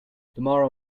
tomorrow